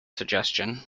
suggestion